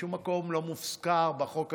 בשום מקום בחוק הזה לא מוזכר המפכ"ל.